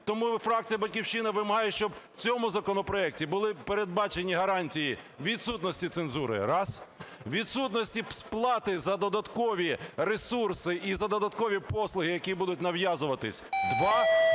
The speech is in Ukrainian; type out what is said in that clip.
Тому фракція "Батьківщина" вимагає, щоб в цьому законопроекті були передбачені гарантії відсутності цензури – раз. Відсутності сплати за додаткові ресурси і за додаткові послуги, які будуть нав'язуватись – два.